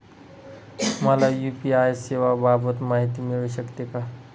मला यू.पी.आय सेवांबाबत माहिती मिळू शकते का?